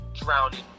drowning